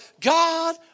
god